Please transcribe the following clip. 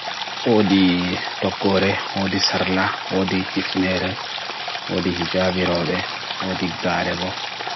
Neɓbi ɓe hakoreeji kala a waawna.